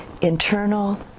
internal